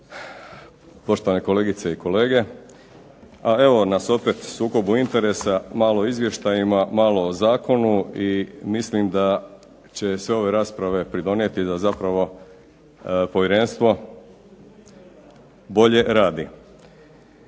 poštovane kolegice i kolege. A evo nas opet sukobu interesa, malo o izvještajima, malo o zakonu i mislim da će sve ove rasprave pridonijeti da zapravo povjerenstvo bolje radi.